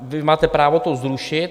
Vy máte právo to zrušit.